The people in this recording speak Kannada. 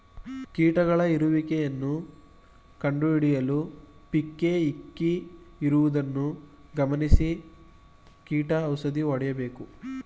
ಕೀಟಗಳ ಇರುವಿಕೆಯನ್ನು ಕಂಡುಹಿಡಿಯಲು ಪಿಕ್ಕೇ ಇಕ್ಕಿರುವುದನ್ನು ಗಮನಿಸಿ ಕೀಟ ಔಷಧಿ ಹೊಡೆಯಬೇಕು